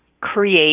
create